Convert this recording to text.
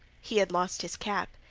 he had lost his cap.